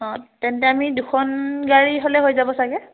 অঁ তেন্তে আমি দুখন গাড়ী হ'লে হৈ যাব চাগে